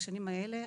בשנים האלה,